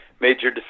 major